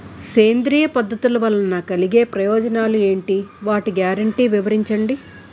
సేంద్రీయ పద్ధతుల వలన కలిగే ప్రయోజనాలు ఎంటి? వాటి గ్యారంటీ వివరించండి?